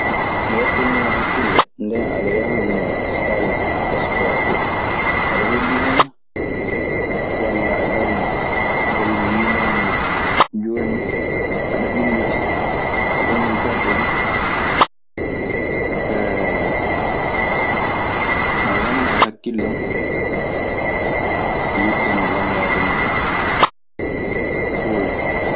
"Mi waɗtaniino hakkille. Nden aɗe yahannoo sal espoor too. Aɗe heddii hen na?" ana wonnoo e hakkillo yiddeno lanndaade ma ɗum ɓooyi.